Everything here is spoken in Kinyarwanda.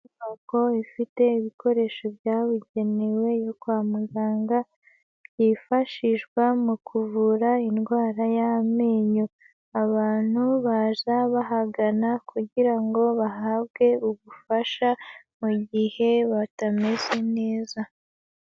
Inyubako ifite ibikoresho byabugenewe, yo kwa muganga, yifashishwa mu kuvura indwara y'amenyo, abantu baza bahagana kugira ngo bahabwe ubufasha mu gihe batameze neza.